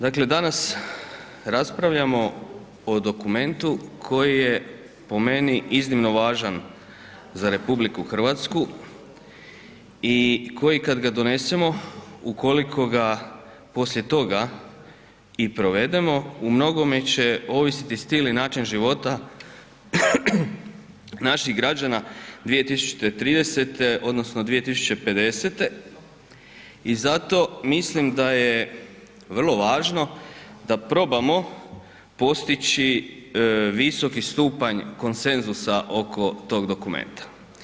Dakle danas raspravljamo o dokumentu koji je po meni iznimno važan za RH i koji kad ga donesemo, ukoliko ga poslije toga i provedemo u mnogome će ovisiti stil i način života naših građana 2030. odnosno 2050. i zato mislim da je vrlo važno da probamo postići visoki stupanj konsenzusa oko tog dokumenta.